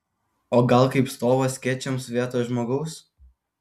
o gal kaip stovas skėčiams vietoj žmogaus